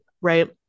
Right